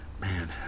man